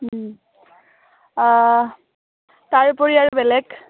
তাৰোপৰি আৰু বেলেগ